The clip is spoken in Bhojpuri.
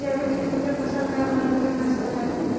जैविक खेती के फसल तैयार होए मे केतना समय लागी?